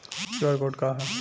QR code का ह?